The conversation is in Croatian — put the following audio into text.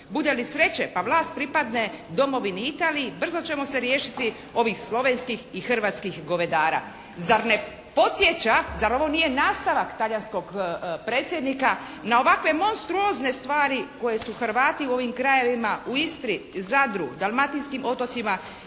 Bude li sreće pa vlast pripadne domovini Italiji, brzo ćemo se riješiti ovih slovenskih i hrvatskih govedara. Zar ne podsjeća, zar ovo nije nastavak Talijanskog Predsjednika na ovakve monstruozne stvari koje su Hrvati u ovim krajevima u Istri, Zadru, Dalmatinskim otocima